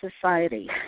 society